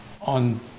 on